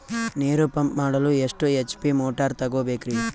ನೀರು ಪಂಪ್ ಮಾಡಲು ಎಷ್ಟು ಎಚ್.ಪಿ ಮೋಟಾರ್ ತಗೊಬೇಕ್ರಿ?